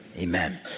amen